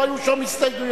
לא היו שם הסתייגויות.